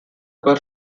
per